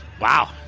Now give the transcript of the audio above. Wow